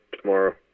tomorrow